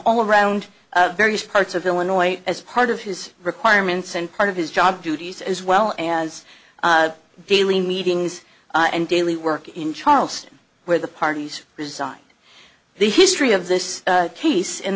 all around various parts of illinois as part of his requirements and part of his job duties as well as daily meetings and daily work in charleston where the parties reside the history of this case in